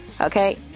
Okay